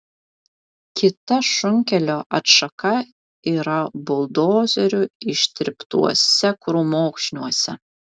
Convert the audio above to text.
kita šunkelio atšaka yra buldozerių ištryptuose krūmokšniuose